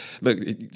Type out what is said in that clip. Look